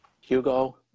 hugo